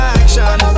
action